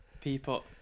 People